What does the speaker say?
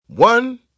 One